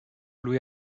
lui